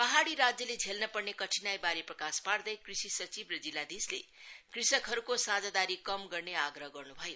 पहाडी राज्यले झेल्न पर्ने कठिनाईबारे प्रकाश पार्दै कृषि सचिव र जिल्लाधीशले कृषकहरूको साझादारी कम गर्ने आग्रह गर्न् भयो